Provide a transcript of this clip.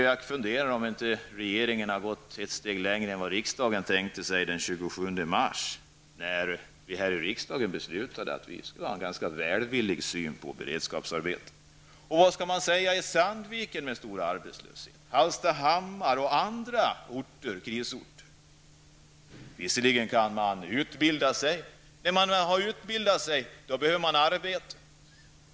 Jag undrar om inte regeringen har gått ett steg längre än vad riksdagen tänkte sig den 27 mars, när den fattade beslut om att inta en ganska välvillig syn på beredskapsarbeten. Vad säger man i Sandviken, Hallstahammar och i andra krisorter med hög arbetslöshet? Visserligen kan man utbilda sig, men när man väl har gjort det behöver man också ett arbete.